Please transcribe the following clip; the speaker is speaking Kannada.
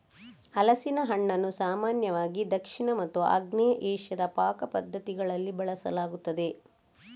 ಹಲಸಿನ ಹಣ್ಣನ್ನು ಸಾಮಾನ್ಯವಾಗಿ ದಕ್ಷಿಣ ಮತ್ತು ಆಗ್ನೇಯ ಏಷ್ಯಾದ ಪಾಕ ಪದ್ಧತಿಗಳಲ್ಲಿ ಬಳಸಲಾಗುತ್ತದೆ